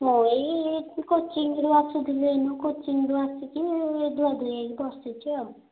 ମୁଁ ଏଇ କୋଚିଙ୍ଗ୍ରୁ ଆସୁଥିଲି ଏଇନା କୋଚିଙ୍ଗ୍ରୁ ଆସିକି ଏ ଧୁଆଧୁଇ ହୋଇକି ବସିଛି ଆଉ